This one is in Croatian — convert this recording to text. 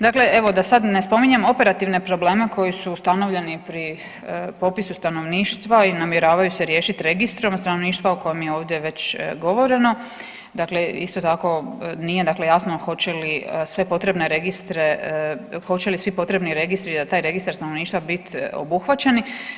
Dakle, evo da sad ne spominjem operativne probleme koji su ustanovljeni pri popisu stanovništva i namjeravaju se riješit registrom stanovništva o kojem je ovdje već govoreno, dakle isto tako nije dakle jasno hoće li sve potrebne registre, hoće li svi potrebni registri za taj registar stanovništva bit obuhvaćeni.